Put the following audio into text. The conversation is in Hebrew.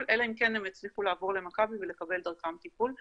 אלא אם כן הם יצליחו לעבור למכבי ולקבל דרכם טיפול,